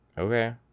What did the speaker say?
okay